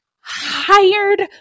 hired